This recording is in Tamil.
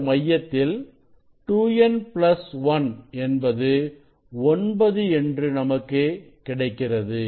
இந்த மையத்தில் 2n 1 என்பது 9 என்று நமக்கு கிடைக்கிறது